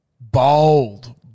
Bold